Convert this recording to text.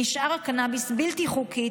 נשאר הקנביס בלתי חוקי,